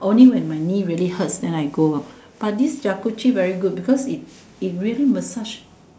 only when my knee really hurts than I go but this Jacuzzi very good because it it really massage